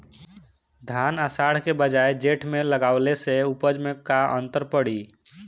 धान आषाढ़ के बजाय जेठ में लगावले से उपज में का अन्तर पड़ी?